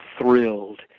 thrilled